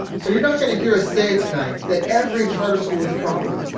so, you're not going to hear us say tonight that every charter school is a problem,